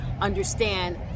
understand